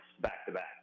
back-to-back